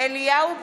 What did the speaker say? אליהו ברוכי,